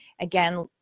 again